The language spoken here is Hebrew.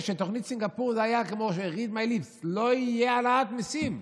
כשתוכנית סינגפור הייתה כמו read my lips: לא תהיה העלאת מיסים.